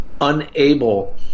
unable